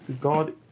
God